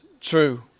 true